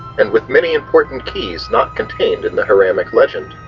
and with many important keys not contained in the hiramic legend,